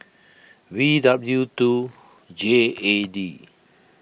V W two J A D